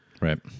right